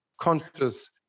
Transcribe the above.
conscious